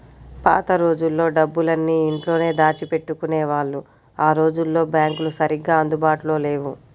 పాత రోజుల్లో డబ్బులన్నీ ఇంట్లోనే దాచిపెట్టుకునేవాళ్ళు ఆ రోజుల్లో బ్యాంకులు సరిగ్గా అందుబాటులో లేవు